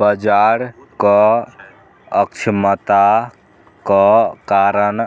बाजारक अक्षमताक कारण